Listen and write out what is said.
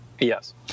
Yes